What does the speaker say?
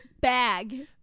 bag